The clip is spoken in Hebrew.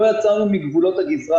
לא יצאנו מגבולות הגזרה,